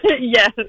Yes